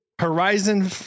Horizon